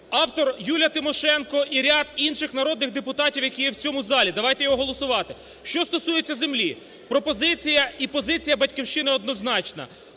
автор – Юля Тимошенко і ряд інших народних депутатів, які є в цьому залі, давайте його голосувати. Що стосується землі. Пропозиція і позиція "Батьківщини" однозначна: